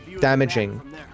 damaging